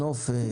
נופש,